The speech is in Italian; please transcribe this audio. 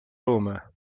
roma